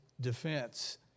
defense